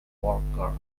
worker